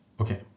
Okay